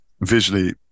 visually